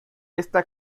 esta